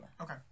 okay